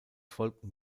folgten